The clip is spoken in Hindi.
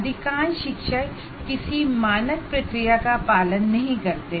अधिकांश फैकल्टी मेंबर्स किसी स्टैंडर्ड प्रक्रिया का पालन नहीं करते हैं